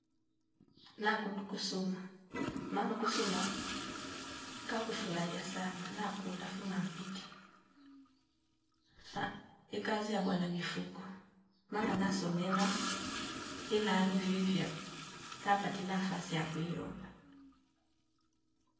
Na kundu kusuma manu kusuma kaku fulahia sana lakunda fuma ampiti ahh, ekazia bwana mifugo mala na somela ilali vivyo tapati la fasi akwi iomba